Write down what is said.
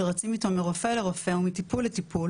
שרצים איתו מרופא לרופא ומטיפול לטיפול